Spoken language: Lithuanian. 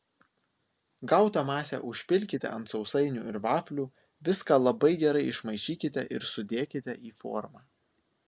gautą masę užpilkite ant sausainių ir vaflių viską labai gerai išmaišykite ir sudėkite į formą